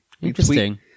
Interesting